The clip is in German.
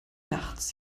nachts